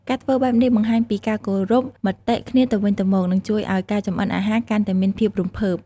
ការធ្វើបែបនេះបង្ហាញពី ការគោរពមតិគ្នាទៅវិញទៅមក និងជួយឱ្យការចម្អិនអាហារកាន់តែមានភាពរំភើប ។